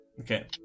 Okay